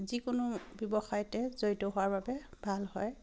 যিকোনো ব্যৱসায়তে জড়িত হোৱাৰ বাবে ভাল হয়